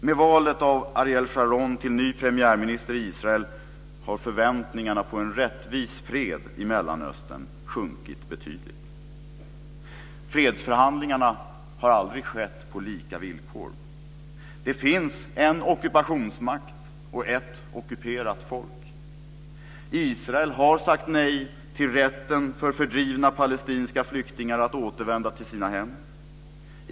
Med valet av Ariel Sharon till ny premiärminister i Israel har förväntningarna på en rättvis fred i Mellanöstern sjunkit betydligt. Fredsförhandlingarna har aldrig skett på lika villkor. Det finns en ockupationsmakt och ett ockuperat folk. Israel har sagt nej till rätten för fördrivna palestinska flyktingar att återvända till sina hem.